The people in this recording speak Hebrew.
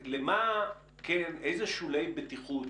איזה שולי בטיחות